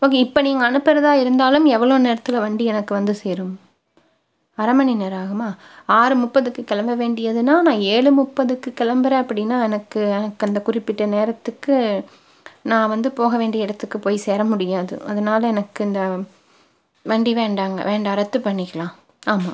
okay இப்போ நீங்கள் அனுப்புகிறதா இருந்தாலும் எவ்வளோ நேரத்தில் வண்டி எனக்கு வந்து சேரும் அரை மணி நேரம் ஆகுமா ஆறு முப்பதுக்கு கிளம்ப வேண்டியதுனால் நான் ஏழு முப்பதுக்கு கிளம்புறேன் அப்படின்னால் எனக்கு எனக்கு அந்த குறிப்பிட்ட நேரத்துக்கு நான் வந்து போக வேண்டிய இடத்துக்கு போய் சேர முடியாது அதனால் எனக்கு இந்த வண்டி வேண்டாங்க வேண்டாம் ரத்து பண்ணிக்கலாம் ஆமாம்